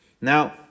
Now